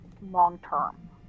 long-term